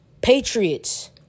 Patriots